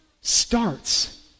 starts